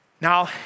Now